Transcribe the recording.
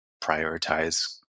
prioritize